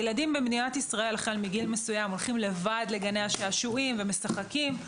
ילדים במדינת ישראל הולכים לבד לגני השעשועים ומשחקים.